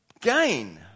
gain